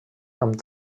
amb